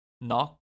Knock